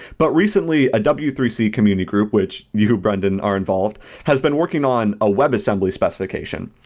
but recently, a w three c community group, which you, brendan, are involved has been working on a webassembly specification.